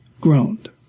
groaned